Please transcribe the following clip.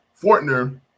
Fortner